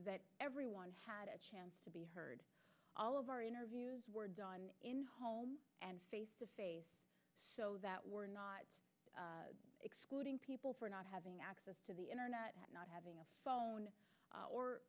that everyone had a chance to be heard all of our interviews were done in home and face to face so that we're not excluding people for not having access to the internet not having a phone